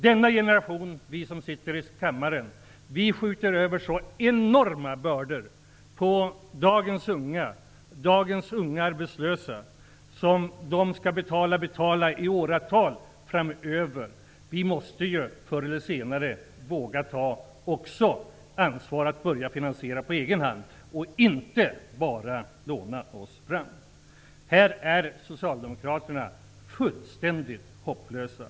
Denna generation, vi som sitter i kammaren, skjuter över så enorma bördor på dagens unga arbetslösa, bördor som de skall betala i åratal framöver. Vi måste ju förr eller senare också våga ta ett ansvar för att börja finansiera på egen hand och inte bara låna oss fram. I den här frågan är socialdemokraterna fullständigt hopplösa.